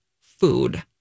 food